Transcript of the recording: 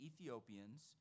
Ethiopians